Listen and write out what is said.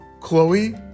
chloe